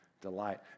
delight